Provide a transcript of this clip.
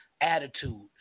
attitude